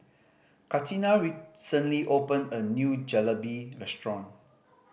Katina recently opened a new Jalebi Restaurant